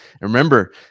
remember